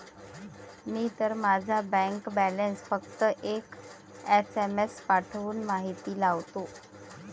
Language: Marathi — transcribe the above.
मी तर माझा बँक बॅलन्स फक्त एक एस.एम.एस पाठवून माहिती लावतो